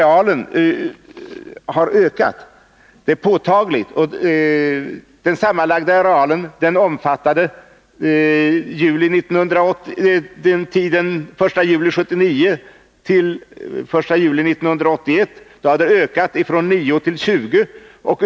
Antalet sådana hade under tiden den 1 juli 1979-den 1 juli 1981 ökat från 9 till 20.